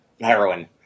heroin